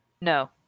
No